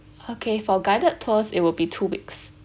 okay for guided tours it will be two weeks